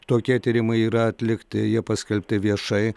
tokie tyrimai yra atlikti jie paskelbti viešai